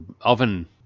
oven